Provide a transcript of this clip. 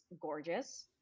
gorgeous